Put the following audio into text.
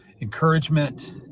encouragement